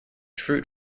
fruit